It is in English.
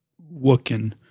working